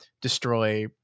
destroy